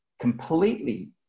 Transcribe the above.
completely